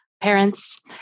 parents